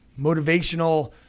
motivational